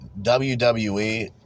WWE